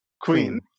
queen